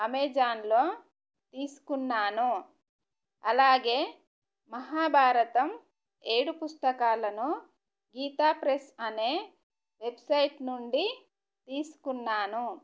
అమెజాన్లో తీసుకున్నాను అలాగే మహాభారతం ఏడు పుస్తకాలను గీతా ప్రెస్ అనే వెబ్సైట్ నుండి తీసుకున్నాను